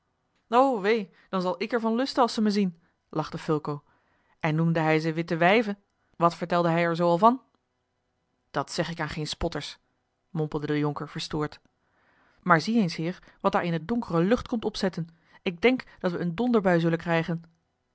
o wee dan zal ik er van lusten als ze me zien lachte fulco en noemde hij ze witte wijven wat vertelde hij er zoo al van dat zeg ik aan geen sporters mompelde de jonker verstoord maar zie eens heer wat daar eene donkere lucht komt opzetten ik denk dat we eene donderbui zullen krijgen